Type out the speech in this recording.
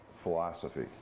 philosophy